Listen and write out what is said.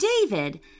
David